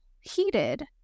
heated